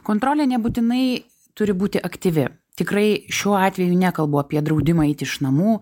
kontrolė nebūtinai turi būti aktyvi tikrai šiuo atveju nekalbu apie draudimą eiti iš namų